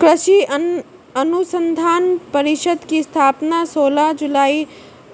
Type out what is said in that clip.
कृषि अनुसंधान परिषद की स्थापना सोलह जुलाई